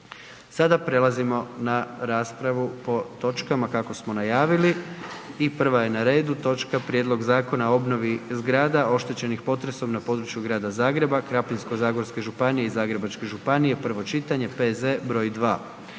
Sada prelazimo na raspravu po točkama kako smo najavili i prva je na redu točka: - Prijedlog Zakona o obnovi zgrada oštećenih potresom na području grada Zagreba, Krapinsko-zagorske županije i Zagrebačke županije, prvo čitanje, P.Z. br. 2.